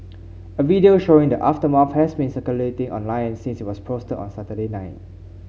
a video showing the aftermath has been circulating online since it was posted on Saturday night